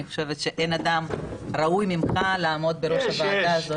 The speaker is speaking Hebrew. אני חושבת שאין אדם ראוי ממך לעמוד בראש הוועדה הזאת -- יש,